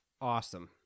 Awesome